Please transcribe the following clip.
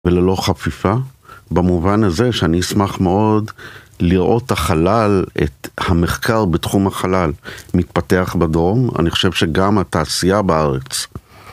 וללא חפיפה, במובן הזה שאני אשמח מאוד לראות את ת'חלל, המחקר בתחום החלל מתפתח בדרום, אני חושב שגם התעשייה בארץ.